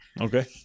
Okay